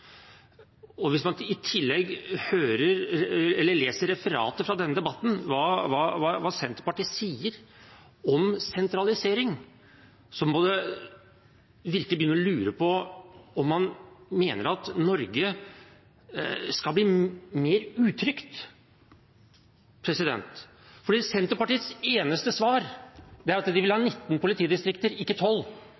Hvis man i tillegg leser referatet fra denne debatten og ser hva Senterpartiet sier om sentralisering, må man virkelig begynne å lure på om man mener at Norge skal bli mer utrygt, for Senterpartiets eneste svar er at de vil ha